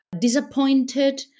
disappointed